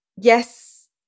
Yes